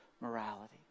morality